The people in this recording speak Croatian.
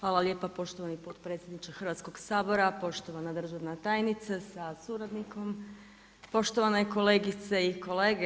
Hvala lijepa poštovani potpredsjedniče Hrvatskoga sabora, poštovana državna tajnice, sa suradnikom, poštovane kolegice i kolege.